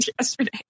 yesterday